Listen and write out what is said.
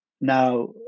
now